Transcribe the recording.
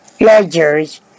ledgers